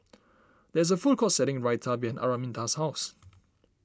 there is a food court selling Raita behind Araminta's house